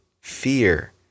fear